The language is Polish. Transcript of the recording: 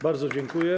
Bardzo dziękuję.